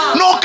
no